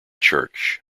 church